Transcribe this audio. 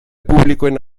publikoen